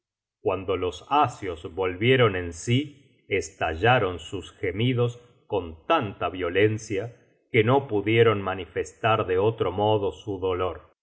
cuando los asios volvieron en sí estallaron sus gemidos con tanta violencia que no pudieron manifestar de otro modo su dolor